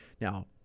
Now